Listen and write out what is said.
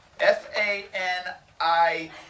F-A-N-I